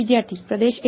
વિદ્યાર્થી પ્રદેશ 1